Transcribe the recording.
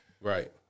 Right